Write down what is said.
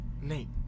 Nate